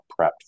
prepped